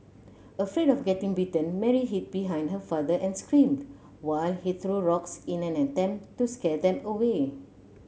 afraid of getting bitten Mary hid behind her father and screamed while he threw rocks in an attempt to scare them away